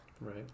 Right